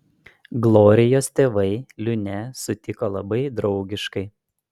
glorijos tėvai liūnę sutiko labai draugiškai